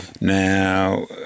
Now